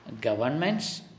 governments